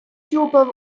тюпав